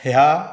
ह्या